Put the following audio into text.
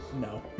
No